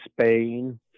Spain